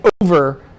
over